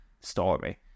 story